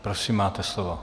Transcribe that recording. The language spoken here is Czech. Prosím, máte slovo.